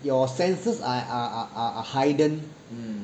your senses are are are are heightened